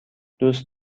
دوست